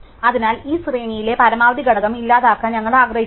അതിനാൽ ഈ ശ്രേണിയിലെ പരമാവധി ഘടകം ഇല്ലാതാക്കാൻ ഞങ്ങൾ ആഗ്രഹിക്കുന്നു